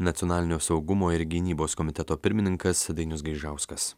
nacionalinio saugumo ir gynybos komiteto pirmininkas dainius gaižauskas